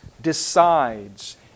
decides